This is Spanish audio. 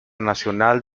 nacional